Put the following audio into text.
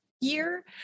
year